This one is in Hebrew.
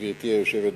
גברתי היושבת בראש,